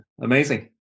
Amazing